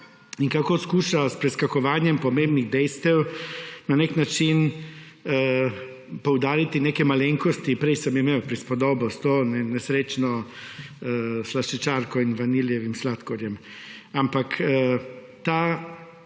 in kako poskuša s preskakovanjem pomembnih dejstev na neki način poudariti neke malenkosti prej sem imel prispodobo s to nesrečno slaščičarko in vaniljevim sladkorjem